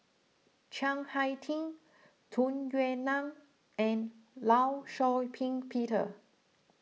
Chiang Hai Ting Tung Yue Nang and Law Shau Ping Peter